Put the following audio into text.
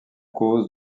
cause